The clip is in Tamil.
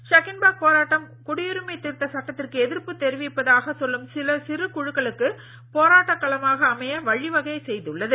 ஷகின்பாக் போராட்டம் குடியுரிமை திருத்த சட்டத்திற்கு எதிர்ப்பு தெரிவிப்பதாக சொல்லும் சிறு சிறு குழுக்களுக்கு போராட்டக் களமாக அமைய வழி வகை செய்துள்ளது